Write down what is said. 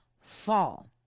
fall